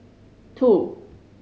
two